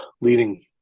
leading